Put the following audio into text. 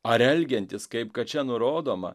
ar elgiantis kaip kad čia nurodoma